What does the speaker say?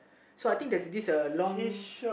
so I think there's this a long